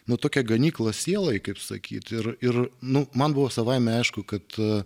nu tokia ganykla sielai kaip sakyt ir ir nu man buvo savaime aišku kad